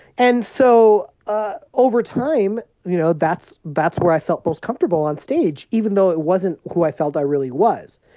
and so ah over time, you know, that's that's where i felt most comfortable on stage, even though it wasn't who i felt i really was.